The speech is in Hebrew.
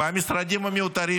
והמשרדים המיותרים,